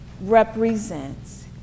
represents